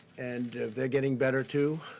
and they're getting better, too.